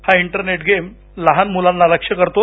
हा internet game लहान मुलांना लक्ष्य करतो